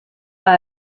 war